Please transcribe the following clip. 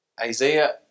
Isaiah